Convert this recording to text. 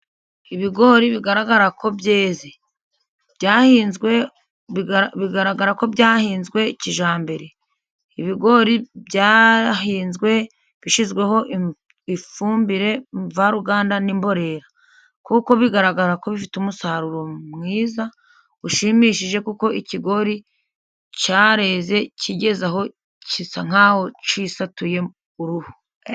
Ibigori bigaragara ko byeze byahinzwe, bigaragara ko byahinzwe kijyambere, ibigori byahinzwe bishyizweho ifumbire mvaruganda n'imborera, kuko bigaragara ko bifite umusaruro mwiza ushimishije, kuko ikigori cyareze kigeze aho gisa nk'aho kisatuyemo uruhu.